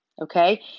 okay